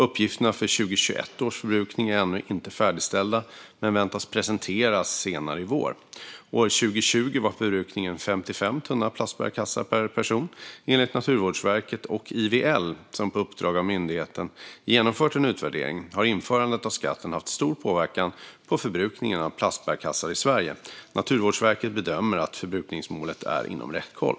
Uppgifterna för 2021 års förbrukning är ännu inte färdigställda men väntas presenteras senare i vår. År 2020 var förbrukningen 55 tunna plastbärkassar per person. Enligt Naturvårdsverket och IVL, som på uppdrag av myndigheten genomfört en utvärdering, har införandet av skatten haft stor påverkan på förbrukningen av plastbärkassar i Sverige. Naturvårdsverket bedömer att förbrukningsmålet är inom räckhåll.